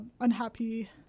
unhappy